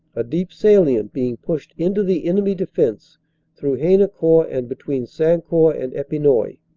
a deep salient being pushed into the enemy de fense through haynecourt and between sancourt and epinoy.